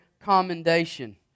commendation